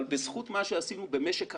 בזכות מה שעשינו במשק החשמל,